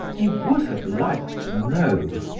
he would have liked to know.